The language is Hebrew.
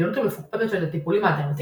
היעילות המפוקפקת של הטיפולים האלטרנטיביים,